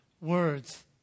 words